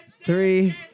Three